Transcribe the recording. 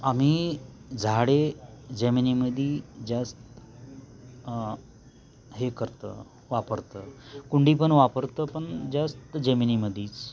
आम्ही झाडे जमिनीमध्ये जास्त हे करतो वापरतो कुंडी पण वापरतं पण जास्त जमिनीमध्येच